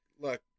look